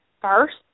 first